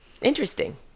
interesting